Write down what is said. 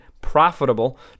profitable